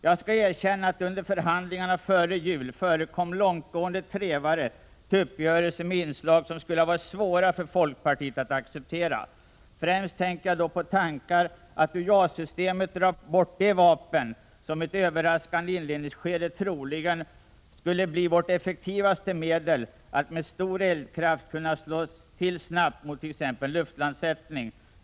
Jag skall erkänna att det under förhandlingarna före jul förekom långtgående trevare till uppgörelser med inslag som skulle ha varit svåra för folkpartiet att acceptera. Främst tänker jag då på tankarna att ur JAS-systemet dra bort det vapen som i ett överraskande inledningsskede troligen skulle bli vårt effektivaste medel att med stor eldkraft kunna slå till snabbt mot t.ex. en luftlandsättning.